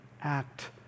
act